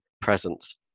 presence